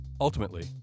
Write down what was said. Ultimately